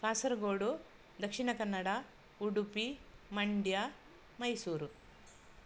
Kasaragod Dakshina Kannada Udupi Mandya Mysuru